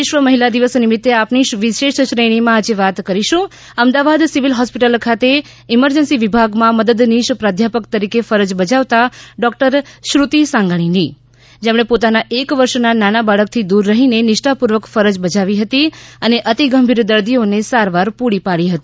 વિશ્વ મહિલા દિવસ નિમિત્તે આપની વિશેષ શ્રેણીમાં આજે વાત કરીશું અમદાવાદ સિવિલ હોસ્પિટલ ખાતે એમર્જન્સી વિભાગમાં મદદનીશ પ્રાધ્યાપક તરીકે ફરજ બજાવતા ડો શ્રુતિ સાંગાણીની જેમણે પોતાના એક વર્ષના નાના બાળકથી દૂર રહીને નિષ્ઠાપૂર્વક ફરજ બજાવી હતી અને અતિ ગંભીર દર્દીઓને સારવાર પૂરી પાડી હતી